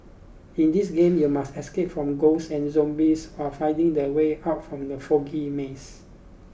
in this game you must escape from ghosts and zombies or finding the way out from the foggy maze